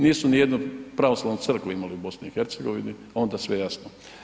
Nisu nijednu pravoslavnu Crkvu imali u BiH-u, onda je sve jasno.